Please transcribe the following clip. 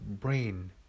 brain